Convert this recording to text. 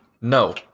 no